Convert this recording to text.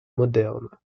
moderne